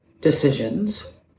decisions